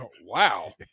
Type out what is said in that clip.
Wow